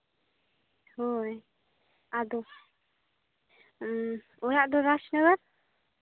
ᱦᱳᱭ ᱟᱫᱚ ᱚᱲᱟᱜ ᱫᱚ ᱨᱟᱡᱽᱱᱚᱜᱚᱨ